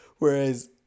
Whereas